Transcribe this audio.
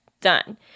Done